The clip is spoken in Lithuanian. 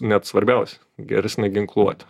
net svarbiausia geresnę ginkluotę